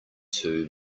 two